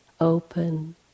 open